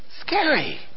Scary